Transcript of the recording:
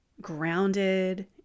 grounded